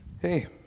hey